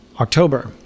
October